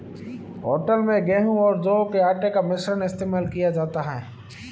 hotel में गेहूं और जौ के आटे का मिश्रण इस्तेमाल किया जाता है